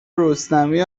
رستمی